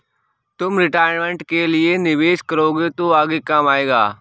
तुम रिटायरमेंट के लिए निवेश करोगे तो आगे काम आएगा